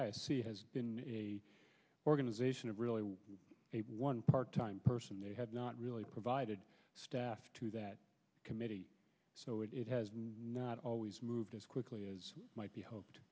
c has been organization of really one part time person they have not really provided staff to that committee so it has not always moved as quickly as might be hoped